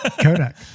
Kodak